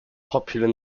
popular